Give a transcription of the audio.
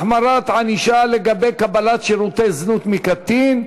החמרת הענישה לגבי קבלת שירותי זנות מקטין),